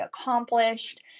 accomplished